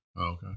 Okay